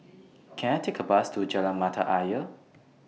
Can I Take A Bus to Jalan Mata Ayer